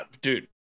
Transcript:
Dude